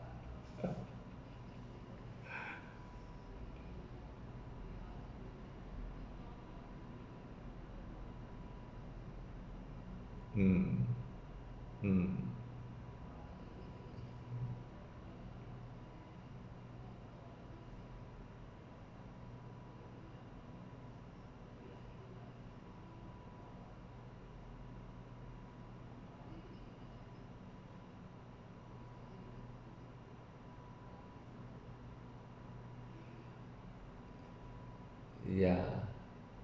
mm yeah